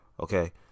Okay